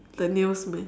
the nails meh